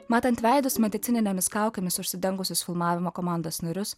matant veidus medicininėmis kaukėmis užsidengusios filmavimo komandos narius